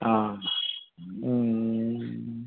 অ ওম